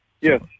Yes